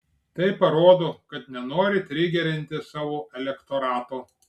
tai parodo kad nenori trigerinti savo elektorato